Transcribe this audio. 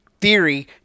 theory